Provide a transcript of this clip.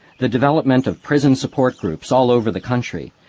the development of prison support groups all over the country,